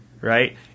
right